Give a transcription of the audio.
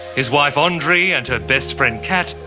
his wife andri and her best friend cat,